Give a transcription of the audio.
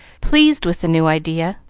pleased with the new idea,